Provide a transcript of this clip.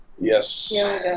Yes